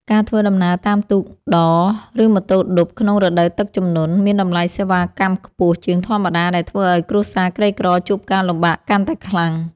ការធ្វើដំណើរតាមទូកដរ ឬម៉ូតូឌុបក្នុងរដូវទឹកជំនន់ មានតម្លៃសេវាកម្មខ្ពស់ជាងធម្មតា ដែលធ្វើឱ្យគ្រួសារក្រីក្រជួបការលំបាកកាន់តែខ្លាំង។